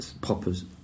poppers